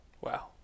Wow